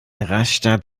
rastatt